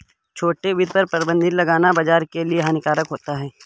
छोटे वित्त पर प्रतिबन्ध लगाना बाज़ार के लिए हानिकारक होता है